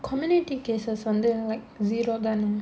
community cases வந்து:vanthu like zero done